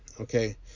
okay